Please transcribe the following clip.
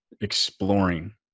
exploring